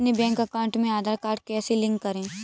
अपने bank account में Aadhaar card कैसे लिंक करें?